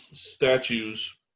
Statues